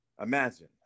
Imagine